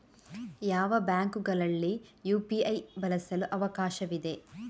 ಯಾವ ಬ್ಯಾಂಕುಗಳಲ್ಲಿ ಯು.ಪಿ.ಐ ಬಳಸಲು ಅವಕಾಶವಿದೆ?